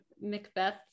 Macbeth